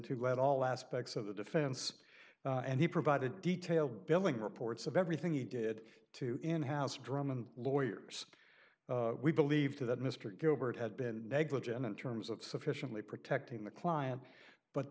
who led all aspects of the defense and he provided detailed billing reports of everything he did to in house drum and lawyers we believe that mr gilbert had been negligent in terms of sufficiently protecting the client but